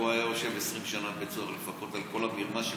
הרי הוא היה יושב 20 שנה בבית הסוהר לפחות על כל המרמה שהוא